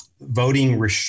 voting